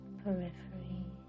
periphery